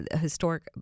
Historic